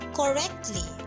correctly